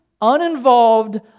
uninvolved